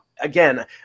again